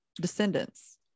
descendants